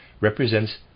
represents